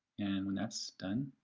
and when thats done,